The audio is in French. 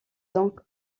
donc